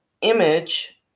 image